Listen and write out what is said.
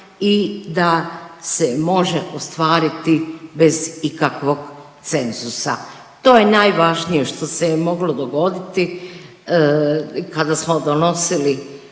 i da se može ostvariti bez ikakvog cenzusa. To je najvažnije što se je moglo dogoditi kada smo donosili